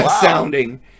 sounding